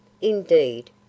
Indeed